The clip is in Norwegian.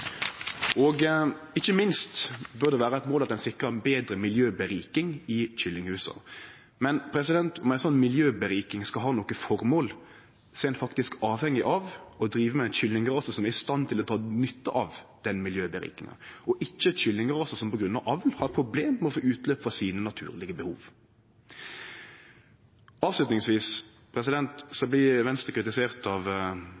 og ikkje minst bør det vere eit mål at ein sikrar betre miljøvinst i kyllinghusa, men om ein slik miljøvinst skal ha noko føremål, er ein faktisk avhengig av å drive med ein kyllingrase som er i stand til å dra nytte av den miljøvinsten, og ikkje ein kyllingrase som på grunn av avl har problem med å få utløp for sine naturlege behov. Avslutningsvis: Venstre vart kritisert av